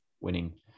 winning